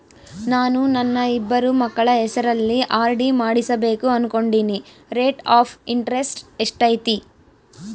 ನಾನು ನನ್ನ ಇಬ್ಬರು ಮಕ್ಕಳ ಹೆಸರಲ್ಲಿ ಆರ್.ಡಿ ಮಾಡಿಸಬೇಕು ಅನುಕೊಂಡಿನಿ ರೇಟ್ ಆಫ್ ಇಂಟರೆಸ್ಟ್ ಎಷ್ಟೈತಿ?